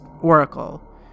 oracle